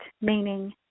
meaning